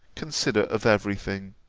consider of every thing.